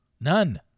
None